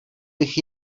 bych